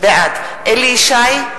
בעד אליהו ישי,